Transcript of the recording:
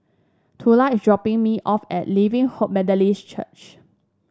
Tula is dropping me off at Living Hope Methodist Church